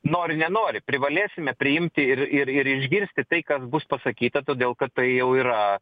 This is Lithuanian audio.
nori nenori privalėsime priimti ir ir ir išgirsti tai kad bus pasakyta todėl kad tai jau yra